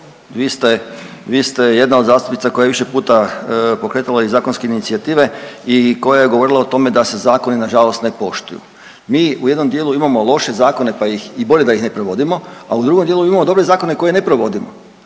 vi ste jedna od zastupnica koja je više puta pokretala i zakonske inicijative i koja je govorila o tome da se zakoni nažalost ne poštuju. Mi u jednom dijelu imamo loše zakone, pa ih i bolje da ih ne provodimo, a u drugom dijelu imamo dobre zakone koje ne provodimo